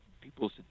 people's